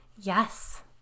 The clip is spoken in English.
Yes